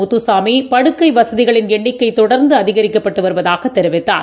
Muthusamy படுக்கைவசதிஎண்ணிக்கைதொடர்ந்துஅதிகரிக்கப்பட்டுவருவதாகதெரிவித்தார்